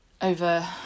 over